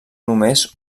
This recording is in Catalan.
només